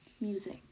music